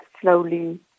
slowly